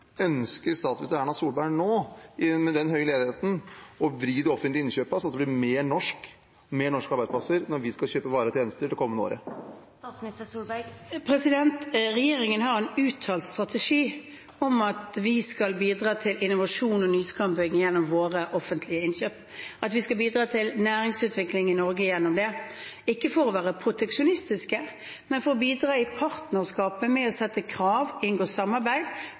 Ønsker statsminister Erna Solberg nå, med den høye ledigheten, å vri de offentlige innkjøpene slik at det blir mer norsk og flere norske arbeidsplasser når vi skal kjøpe varer og tjenester det kommende året? Regjeringen har en uttalt strategi om at vi skal bidra til innovasjon og nyskaping gjennom våre offentlige innkjøp, og at vi skal bidra til næringsutvikling i Norge gjennom det – ikke for å være proteksjonistiske, men for å bidra i partnerskapet ved å stille krav og inngå samarbeid